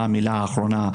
מה המילה האחרונה,